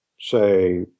say